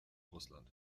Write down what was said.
russland